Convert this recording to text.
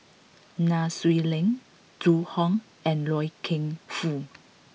Nai Swee Leng Zhu Hong and Loy Keng Foo